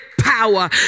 power